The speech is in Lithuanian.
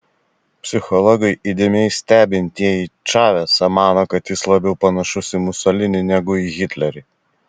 psichologai įdėmiai stebintieji čavesą mano kad jis labiau panašus į musolinį negu į hitlerį